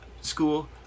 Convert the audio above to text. school